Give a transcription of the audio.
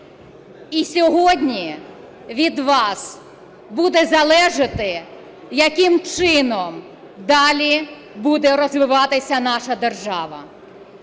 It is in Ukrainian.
І сьогодні від вас буде залежати яким чином далі буде розвиватися наша держава.